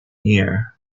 year